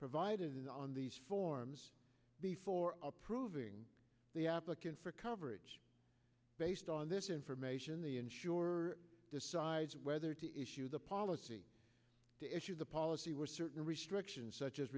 provided on these forms before approving the applicant for coverage based on this information the insurer decides whether to issue the policy to issue the policy were certain restrictions such as